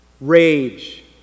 rage